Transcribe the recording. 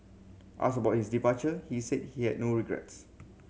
asked about his departure he said he had no regrets